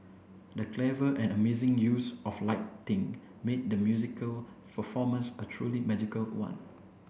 the clever and amazing use of lighting made the musical performance a truly magical one